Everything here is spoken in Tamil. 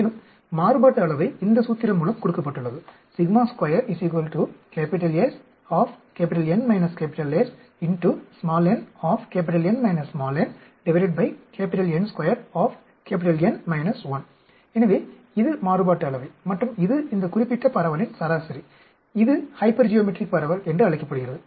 மேலும் மாறுபாட்டு அளவை இந்த சூத்திரம் மூலம் கொடுக்கப்பட்டுள்ளது எனவே இது மாறுபாட்டு அளவை மற்றும் இது இந்த குறிப்பிட்ட பரவலின் சராசரி இது ஹைப்பர்ஜியோமெட்ரிக் பரவல் என்று அழைக்கப்படுகிறது